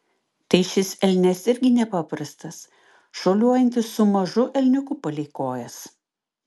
tai šis elnias irgi nepaprastas šuoliuojantis su mažu elniuku palei kojas